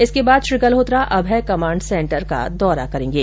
इसके बाद Shri Galhotra Abhay command centre का दौरा करेंगे